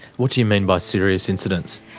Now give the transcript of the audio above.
what do you mean by serious incidents?